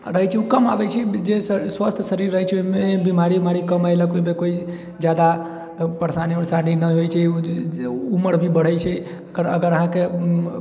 रहै छै ओ काम आबै छै जैसे जे स्वास्थ्य शरीर रहै छै ओहिमे बीमारी उमारी कम ऐलक ओहिमे कोइ जादा परेशानी ऊरेशानी न होइ छै उमर भी बढ़ै छै अगर अहाँकेँ